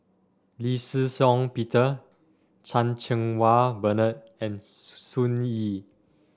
Lee Shih Shiong Peter Chan Cheng Wah Bernard and Sun Yee